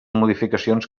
modificacions